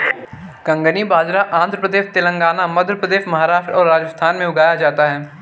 कंगनी बाजरा आंध्र प्रदेश, तेलंगाना, मध्य प्रदेश, महाराष्ट्र और राजस्थान में उगाया जाता है